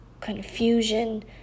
confusion